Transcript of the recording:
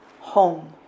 home